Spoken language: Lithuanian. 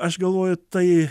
aš galvoju tai